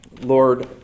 Lord